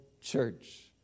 church